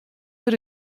der